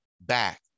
back